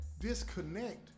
disconnect